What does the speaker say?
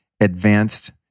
advanced